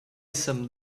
some